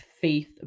faith